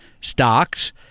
stocks